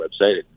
website